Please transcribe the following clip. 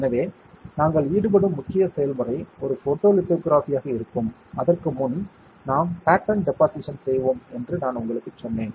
எனவே நாங்கள் ஈடுபடும் முக்கிய செயல்முறை ஒரு போட்டோலிதொகிரபி ஆக இருக்கும் அதற்கு முன் நாம் பேட்டன் டெபொசிஷன் செய்வோம் என்று நான் உங்களுக்குச் சொன்னேன்